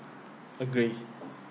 agre